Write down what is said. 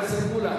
חבר הכנסת מולה.